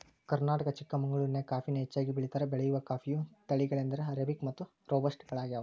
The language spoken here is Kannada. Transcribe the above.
ಕರ್ನಾಟಕದ ಚಿಕ್ಕಮಗಳೂರಿನ್ಯಾಗ ಕಾಫಿನ ಹೆಚ್ಚಾಗಿ ಬೆಳೇತಾರ, ಬೆಳೆಯುವ ಕಾಫಿಯ ತಳಿಗಳೆಂದರೆ ಅರೇಬಿಕ್ ಮತ್ತು ರೋಬಸ್ಟ ಗಳಗ್ಯಾವ